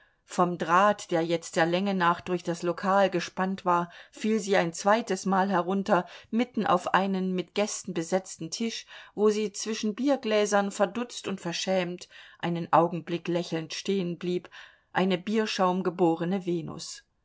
vom draht der jetzt der länge nach durch das lokal gespannt war fiel sie ein zweites mal herunter mitten auf einen mit gästen besetzten tisch wo sie zwischen biergläsern verdutzt und verschämt einen augenblick lächelnd stehen blieb eine bierschaumgeborene venus